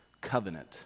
covenant